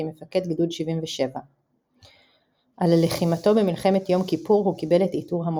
כמפקד גדוד 77. על לחימתו במלחמת יום כיפור הוא קיבל את עיטור המופת.